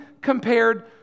compared